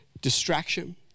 distraction